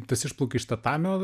tas išplaukia iš tatamio